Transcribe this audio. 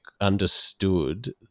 understood